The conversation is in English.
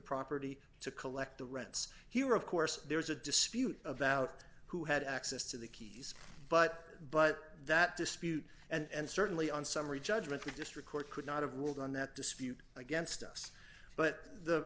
property to collect the rents here of course there was a dispute about who had access to the keys but but that dispute and certainly on summary judgment the district court could not have ruled on that dispute against us but the